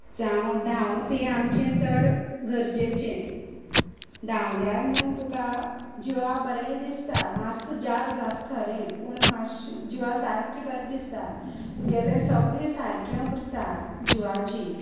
जावं धावूप यें आमचें चड गरजेचें धावल्यार न्हू तुका जिवाक बरें दिसता मास्स जार जात खरें पूण माश्श जिवा सारकें बर दिसता तुगेलें सगलें सारकें उरता जिवाची